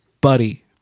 buddy